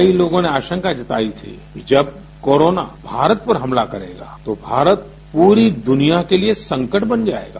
कई लोगों ने आशंका जताई थी कि जब कोरोना भारत पर हमला करेगा तो भारत पूरी दुनिया के लिए संकट बन जाएगा